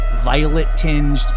violet-tinged